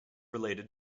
related